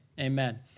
Amen